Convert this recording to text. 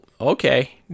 okay